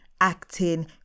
acting